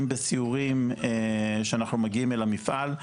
אם בסיורים שאנחנו מגיעים אל המפעל,